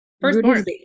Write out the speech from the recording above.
Firstborn